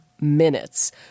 Minutes